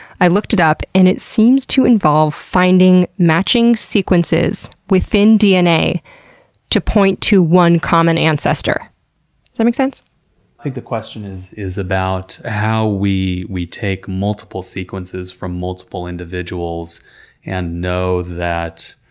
i looked it up and it seems to involve finding matching sequences within dna to point to one common ancestor. does that make sense? i think the question is is about how we we take multiple sequences from multiple individuals and know that